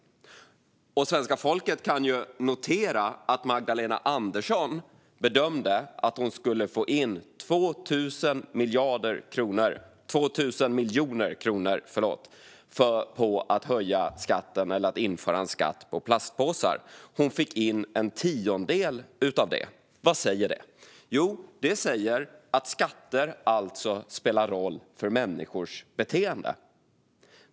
Svenska folket kan notera att Magdalena Andersson bedömde att hon skulle få in 2 000 miljoner kronor genom att införa en skatt på plastpåsar. Hon fick in en tiondel av det. Vad säger det? Jo, det säger att skatter spelar roll för människors beteende.